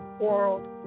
World